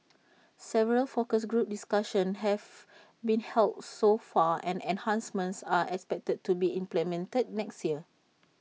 several focus group discussions have been held so far and enhancements are expected to be implemented next year